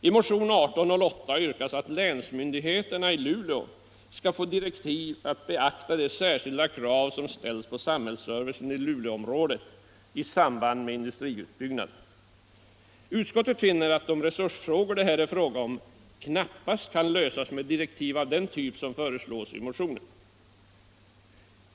I motion 1808 yrkas att länsmyndigheterna i Luleå skall få direktiv att beakta de särskilda krav som ställs på samhällsservicen i Luleåområdet i samband med industriutbyggnaden. Utskottet finner att de resursfrågor det här är fråga om knappast kan lösas med direktiv av den typ som föreslås i motionen.